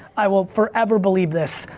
i will forever believe this,